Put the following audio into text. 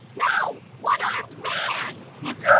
no, one-armed man. look out,